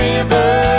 River